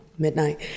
midnight